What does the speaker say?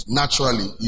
naturally